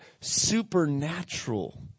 supernatural